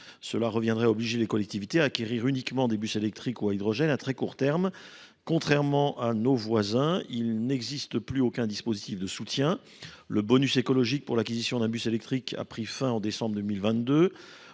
Cela reviendrait à obliger les collectivités à acquérir uniquement des bus électriques ou à l’hydrogène à très court terme. Or, contrairement à ce qui se fait chez nos voisins, il n’existe plus aucun dispositif de soutien de la part de l’État. Le bonus écologique pour l’acquisition d’un bus électrique a pris fin en décembre 2022.